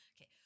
Okay